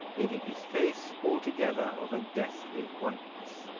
leaving his face altogether of a deathly whiteness.